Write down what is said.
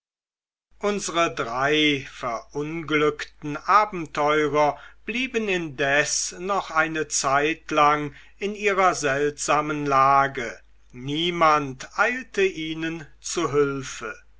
unsere drei verunglückten abenteurer blieben indes noch eine zeitlang in ihrer seltsamen lage niemand eilte ihnen zu hülfe